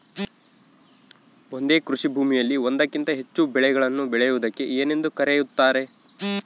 ಒಂದೇ ಕೃಷಿಭೂಮಿಯಲ್ಲಿ ಒಂದಕ್ಕಿಂತ ಹೆಚ್ಚು ಬೆಳೆಗಳನ್ನು ಬೆಳೆಯುವುದಕ್ಕೆ ಏನೆಂದು ಕರೆಯುತ್ತಾರೆ?